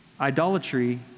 Idolatry